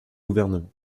gouvernement